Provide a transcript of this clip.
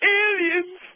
aliens